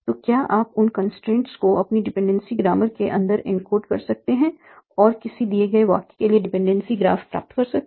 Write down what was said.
तो क्या आप उन कंस्ट्रेंट को अपनी डिपेंडेंसी ग्रामर के अंदर एनकोड कर सकते हैं और किसी दिए गए वाक्य के लिए डिपेंडेंसी ग्राफ प्राप्त कर सकते हैं